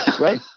right